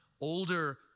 older